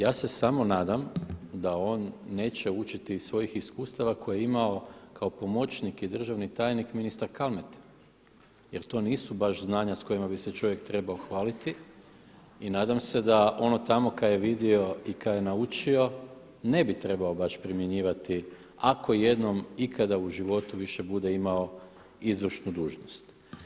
Ja se samo nadam da on neće učiti iz svojih iskustava koje je imao kao pomoćnik i državni tajnik ministra Kalmete jer to nisu baš znanja s kojima bi se čovjek trebao hvaliti i nadam da se da ono tamo šta je vidio i šta je naučio ne bi trebao baš primjenjivati ako jednom ikada u životu više bude imao izvršnu dužnost.